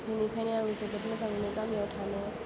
बेनिखायनो आं जोबोद मोजां मोनो गामियाव थानो